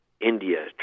India